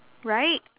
right